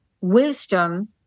wisdom